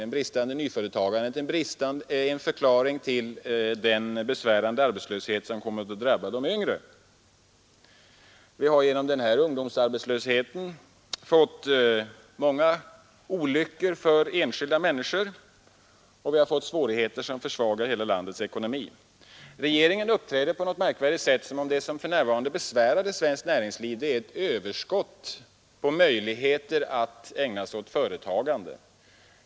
Det bristande nyföretagandet är en förklaring till den besvärande arbetslöshet som kommit att drabba de yngre. Denna ungdomsarbetslöshet har medfört många olyckor för enskilda människor, och vi har därmed också fått svårigheter som försvagar hela landets ekonomi. Regeringen uppträder märkvärdigt nog som om det som för närvarande besvärar svenskt näringsliv vore ett överskott på möjligheter att ägna sig åt företagande.